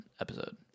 episode